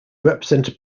represented